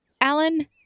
Alan